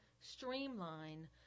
streamline